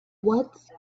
what